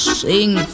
sing